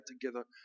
together